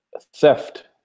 theft